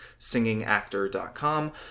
SingingActor.com